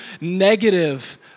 negative